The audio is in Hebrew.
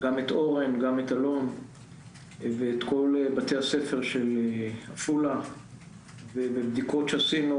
גם את אורן ואת כל בתי הספר של עפולה ובבדיקות שעשינו,